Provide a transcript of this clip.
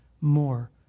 more